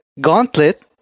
Gauntlet